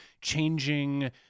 changing